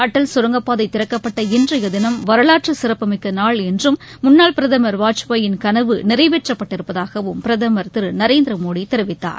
அடல் கரங்கப்பாதை திறக்கப்பட்ட இன்றைய தினம் வரலாற்று சிறப்புமிக்க நாள் என்றும் முன்னாள் பிரதமர் வாஜ்பாயின் கனவு நிறைவேற்றப் பட்டிருப்பதாகவும் பிரதமர் திரு நரேந்திரமோடி தெரிவித்தார்